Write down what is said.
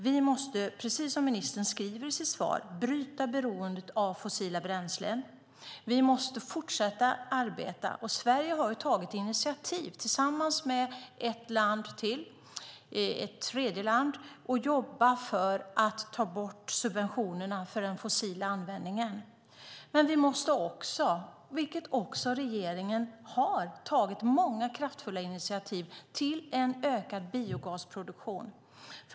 Vi måste, precis som ministern skriver i sitt svar, bryta beroendet av fossila bränslen. Vi måste fortsätta arbeta för, och Sverige har ju tagit initiativ tillsammans med ett tredjeland, att ta bort subventionerna för den fossila användningen. Men vi måste också, vilket också regeringen har tagit många kraftfulla initiativ till, få till en ökad biogasproduktion.